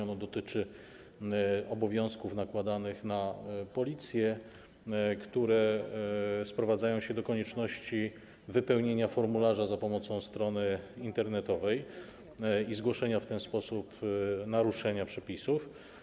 Ono dotyczy obowiązków nakładanych na policję, które sprowadzają się do konieczności wypełnienia formularza za pomocą strony internetowej i zgłoszenia w ten sposób naruszenia przepisów.